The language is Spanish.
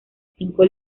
cinco